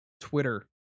Twitter